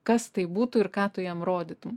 kas tai būtų ir ką tu jam rodytum